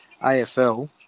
AFL